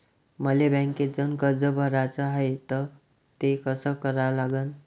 मले बँकेत जाऊन कर्ज भराच हाय त ते कस करा लागन?